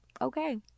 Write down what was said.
okay